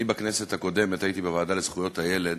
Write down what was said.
אני בכנסת הקודמת הייתי בוועדה לזכויות הילד